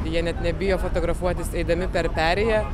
jie net nebijo fotografuotis eidami per perėją